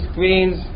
queens